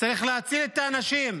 צריך להציל את האנשים.